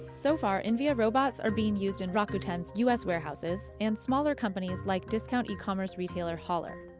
so far invia's robots are being used in rakuten's u s. warehouses and smaller companies like discount e-commerce retailer hollar.